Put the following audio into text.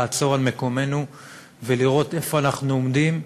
לעצור על מקומנו ולראות איפה אנחנו עומדים,